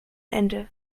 ende